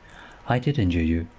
i did injure you,